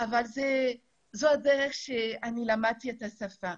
אבל זו הדרך בה למדתי את השפה.